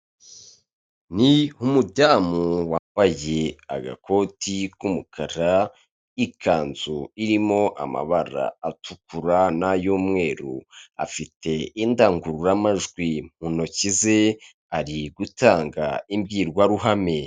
Ni umudamu wambaye agakoti k'umukara, ikanzu irimo amabara atukura n'ay'umweru afite indangururamajwi mu ntoki ze ari gutanga imbwirwaruhame.